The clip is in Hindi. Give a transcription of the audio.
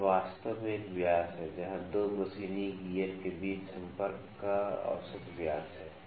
तो यह वास्तव में एक व्यास है जहां 2 मशीनी गियर के बीच संपर्क का औसत व्यास है